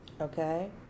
okay